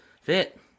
fit